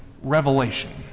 revelation